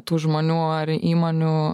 tų žmonių ar įmonių